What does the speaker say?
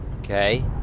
Okay